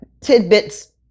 tidbits